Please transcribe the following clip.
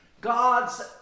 God's